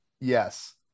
yes